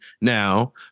now